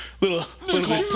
little